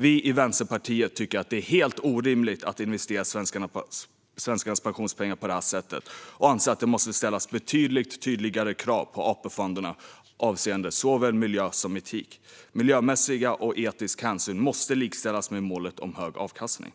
Vi i Vänsterpartiet tycker att det är helt orimligt att investera svenskarnas pensionspengar på detta sätt och anser att det måste ställas betydligt tydligare krav på AP-fonderna avseende såväl miljö som etik. Miljömässiga och etiska hänsyn måste likställas med målet om hög avkastning.